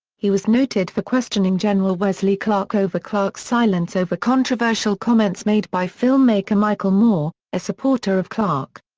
he was noted for questioning general wesley clark over clark's silence over controversial comments made by filmmaker michael moore, a supporter of clark.